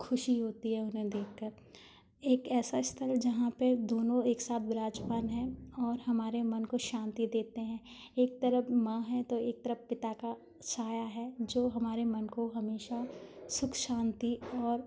खुशी होती है उन्हें देख कर एक ऐसा स्थल है जहाँ पर दोनों एक साथ विराजमान है और हमारे मन को शांति देते हैं एक तरफ माँ हैं तो एक तरफ पिता का छाया है जो हमारे मन को हमेशा सुख शांति और